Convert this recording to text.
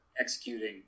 executing